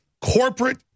corporate